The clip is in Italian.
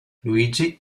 luigi